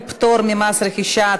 פטור ממס רכישה),